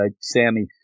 Sammy